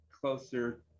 closer